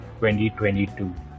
2022